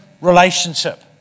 relationship